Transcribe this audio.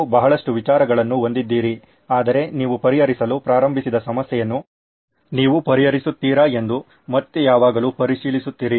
ನೀವು ಬಹಳಷ್ಟು ವಿಚಾರಗಳನ್ನು ಹೊಂದಿದ್ದೀರಿ ಆದರೆ ನೀವು ಪರಿಹರಿಸಲು ಪ್ರಾರಂಭಿಸಿದ ಸಮಸ್ಯೆಯನ್ನು ನೀವು ಪರಿಹರಿಸುತ್ತೀರಾ ಎಂದು ಮತ್ತೆ ಯಾವಾಗಲೂ ಪರಿಶೀಲಿಸುತ್ತೀರಿ